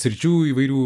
sričių įvairių